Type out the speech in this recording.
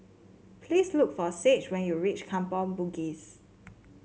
please look for Sage when you reach Kampong Bugis